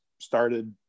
started